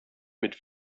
mit